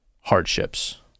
hardships